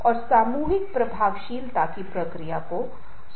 इसलिए यह बहुत प्रभावी होने जा रहा है और ये एक नेता की निश्चित प्रेरक रणनीतियाँ हैं